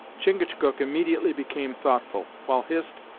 chingachgook immediately became thoughtful, while hist,